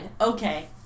Okay